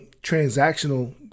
transactional